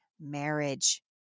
marriage